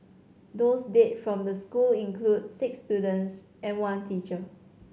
those dead from the school include six students and one teacher